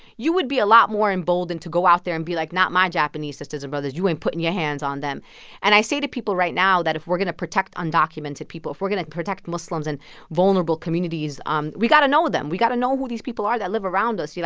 you would be a lot more emboldened to go out there and be like, not my japanese sisters and brothers. you ain't putting your hands on them and i say to people right now that if we're going to protect undocumented people, if we're going to protect muslims and vulnerable communities, um we got to know them. we got to know who these people are that live around us. you